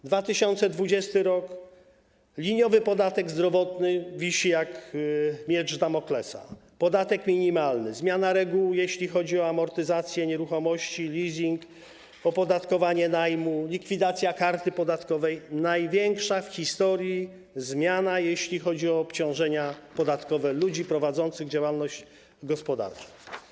W 2020 r. - liniowy podatek zdrowotny, który wisi jak miecz Damoklesa, podatek minimalny, zmiana reguł, jeśli chodzi o amortyzację nieruchomości, leasing, opodatkowanie najmu, likwidacja karty podatkowej, największa w historii zmiana, jeśli chodzi o obciążenia podatkowe osób prowadzących działalność gospodarczą.